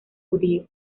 judío